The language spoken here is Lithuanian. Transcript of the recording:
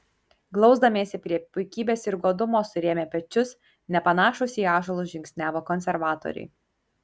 glausdamiesi prie puikybės ir godumo surėmę pečius nepanašūs į ąžuolus žingsniavo konservatoriai